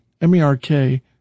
M-E-R-K